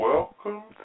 Welcome